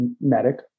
medic